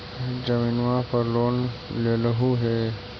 जमीनवा पर लोन लेलहु हे?